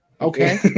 Okay